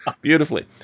beautifully